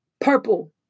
purple